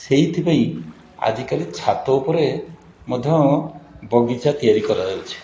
ସେଇଥିପାଇଁ ଆଜିକାଲି ଛାତ ଉପରେ ମଧ୍ୟ ବଗିଚା ତିଆରି କରାଯାଉଛି